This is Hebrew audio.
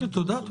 כן, תודה.